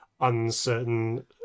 uncertain